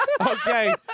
Okay